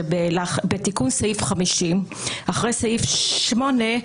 שבתיקון סעיף 50 אחרי סעיף 8,